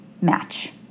match